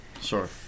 sure